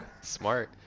Smart